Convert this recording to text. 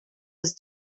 was